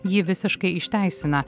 jį visiškai išteisina